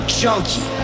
junkie